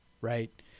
Right